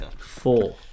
four